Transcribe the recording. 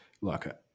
look